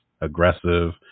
aggressive